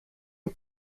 you